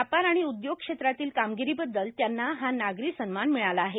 व्यापार आणि उद्योग क्षेत्रातल्या कामगिरीबद्दल त्यांना हा नागरी सन्मान मिळाला आहे